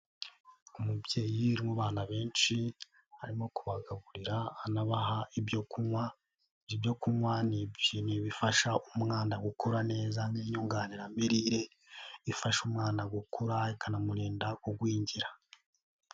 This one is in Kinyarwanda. Umubyeyi uri mu bana benshi arimo kubagaburira anabaha ibyo kunywa, ibyo kunywa ni ibifasha umwana gukura neza ni inyunganiramirire, ifasha umwana gukura ikanamurinda kugwingira.